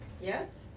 Yes